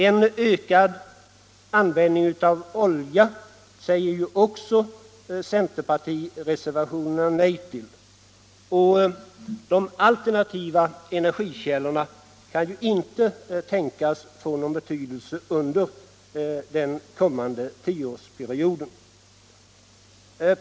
En ökad användning av olja säger ju också centerpartireservationen nej till, och de alternativa energikällorna kan ju inte tänkas få någon betydelse under den kommande tioårsperioden.